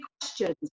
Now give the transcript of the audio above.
questions